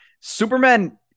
superman